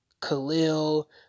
Khalil